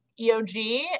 EOG